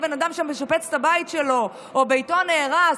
בארנונה בן אדם שמשפץ את הבית שלו או שביתו נהרס,